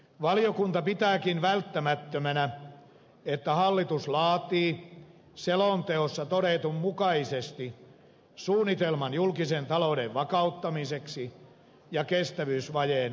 valiokunta pitääkin välttämättömänä että hallitus laatii selonteossa todetun mukaisesti suunnitelman julkisen talouden vakauttamiseksi ja kestävyysvajeen umpeen kuromiseksi